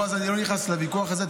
בועז, אני לא נכנס לוויכוח הזה.